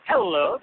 Hello